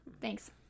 Thanks